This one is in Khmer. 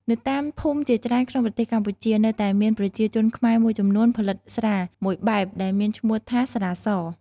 នៅតាមភូមិជាច្រើនក្នុងប្រទេសកម្ពុជា នៅតែមានប្រជាជនខ្មែរមួយចំនួនផលិតស្រាមួយបែបដែលមានឈ្មោះថា ស្រា ស។